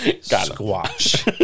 Squash